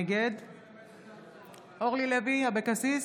נגד אורלי לוי אבקסיס,